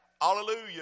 Hallelujah